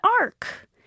ark